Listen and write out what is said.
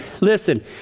Listen